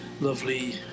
lovely